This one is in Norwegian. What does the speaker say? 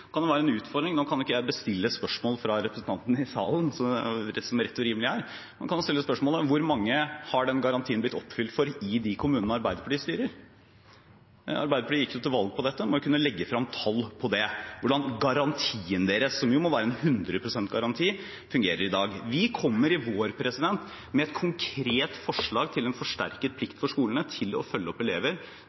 kan ikke bestille spørsmål fra representantene i salen, som rett og rimelig er, men man kan jo stille følgende spørsmål: Hvor mange har den garantien blitt oppfylt for i de kommunene Arbeiderpartiet styrer? Arbeiderpartiet gikk til valg på dette og må jo kunne legge frem tall på hvordan «garantien» deres – som jo må være en 100 pst.-garanti – fungerer i dag. Vi kommer i vår med et konkret forslag til en forsterket plikt for skolene til å følge opp elever: